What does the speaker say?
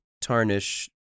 tarnish